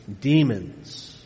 demons